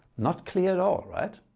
not clear at all right?